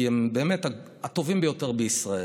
כי הם באמת הטובים ביותר בישראל.